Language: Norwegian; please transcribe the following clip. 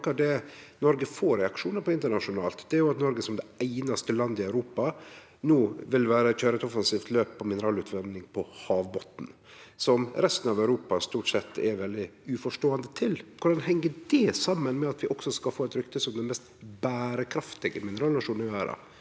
noko av det Noreg får reaksjonar på internasjonalt, er at Noreg som det einaste landet i Europa no vil køyre eit offensivt løp på mineralutvinning på havbotnen, som resten av Europa stort sett er veldig uforståande til. Korleis heng det saman med at vi også skal få eit rykte som den mest berekraftige mineralnasjonen i verda